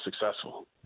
successful